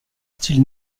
style